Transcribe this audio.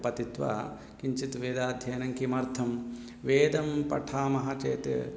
पठित्वा किञ्चित् वेदाध्ययनं किमर्थं वेदं पठामः चेत्